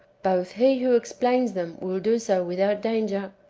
both he who explains them will do so without danger,